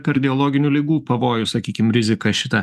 kardiologinių ligų pavojų sakykime riziką šitą